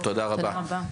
תודה רבה, תודה רבה.